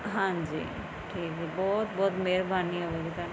ਹਾਂਜੀ ਠੀਕ ਹੈ ਬਹੁਤ ਬਹੁਤ ਮਿਹਰਬਾਨੀ ਹੈ